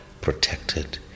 protected